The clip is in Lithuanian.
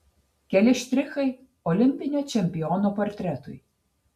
keli štrichai olimpinio čempiono portretui